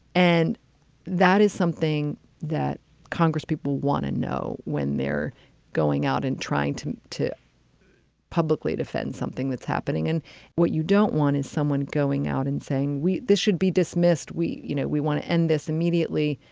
and that is something that congress people want to know when they're going out and trying to to publicly defend something that's happening. and what you don't want is someone going out and saying this should be dismissed. we you know, we want to end this immediately.